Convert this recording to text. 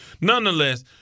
nonetheless